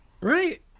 Right